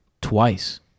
twice